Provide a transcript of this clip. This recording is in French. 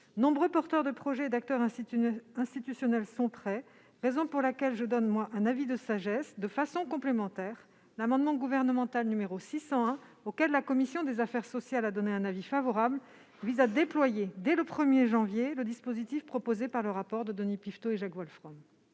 nombreux porteurs de projets et acteurs institutionnels sont prêts. C'est pourquoi le Gouvernement émet un avis de sagesse sur cet amendement. De façon complémentaire, l'amendement gouvernemental n° 601, sur lequel la commission des affaires sociales a émis un avis favorable, vise à déployer dès le 1 janvier le dispositif proposé dans le rapport de Denis Piveteau et Jacques Wolfrom.